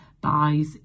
buys